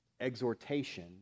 exhortation